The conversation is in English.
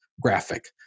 graphic